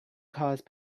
cause